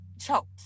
choked